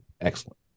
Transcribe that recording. excellent